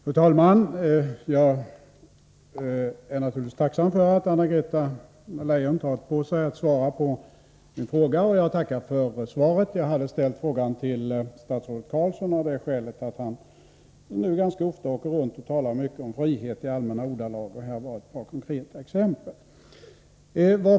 Fru talman! Jag är naturligtvis tacksam för att Anna-Greta Leijon tagit på sig uppgiften att svara på min fråga, och jag tackar för svaret. Jag ställde frågan till statsrådet Carlsson av det skälet att han ganska ofta åker omkring och talar om frihet i allmänna ordalag, och jag hade här ett par konkreta exempel.